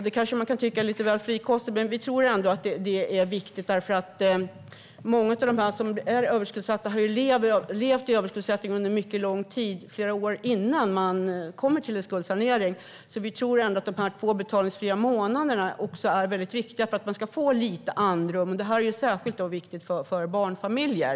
Det kanske man kan tycka är lite väl frikostigt, men vi tror ändå att det är viktigt eftersom många av dem som är överskuldsatta har levt i överskuldsättning under mycket lång tid - i flera år innan de kommer till skuldsanering. Vi tror ändå att de två betalningsfria månaderna är väldigt viktiga för att människor ska få lite andrum. Det är särskilt viktigt för barnfamiljer.